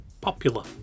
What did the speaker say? popular